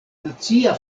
nacia